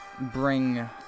bring